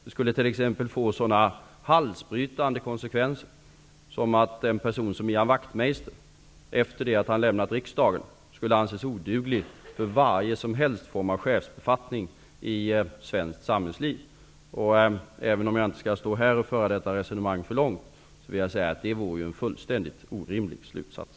Det skulle t.ex. få sådana halsbrytande konsekvenser som att en person som Ian Wachtmeister efter det att han lämnat riksdagen, skulle anses oduglig för varje form av chefsbefattning i svenskt samhällsliv. Även om jag inte skall föra detta resonemang för långt här, vill jag säga att det vore en fullständigt orimlig slutsats.